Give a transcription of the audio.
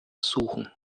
suchen